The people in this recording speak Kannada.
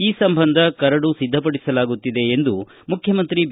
ಈ ಸಂಬಂಧ ಕರಡು ಸಿದ್ದಪಡಿಸಲಾಗುತ್ತಿದೆ ಎಂದು ಮುಖ್ಯಮಂತ್ರಿ ಬಿ